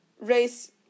race